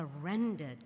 surrendered